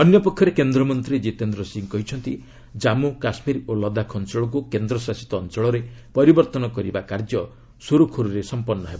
ଅନ୍ୟପକ୍ଷରେ କେନ୍ଦ୍ରମନ୍ତ୍ରୀ ଜିତେନ୍ଦ୍ର ସିଂହ କହିଛନ୍ତି କାଞ୍ଗୁ କାଶ୍ମୀର ଓ ଲଦାଖ ଅଞ୍ଚଳକୁ କେନ୍ଦ୍ରଶାସିତ ଅଞ୍ଚଳରେ ପରିବର୍ତ୍ତନ କରିବା ସୁରୁଖୁରୁରେ ସମ୍ପନ୍ନ ହେବ